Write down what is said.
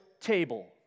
table